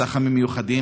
צח"מ מיוחדים,